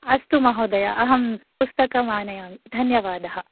अस्तु महोदया अहं पुस्तकम् आनयामि धन्यवाद